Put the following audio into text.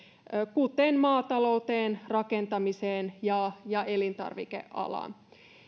kuten maatalouteen rakentamiseen ja ja elintarvikealaan